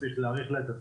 יש להאריך לה את התוקף.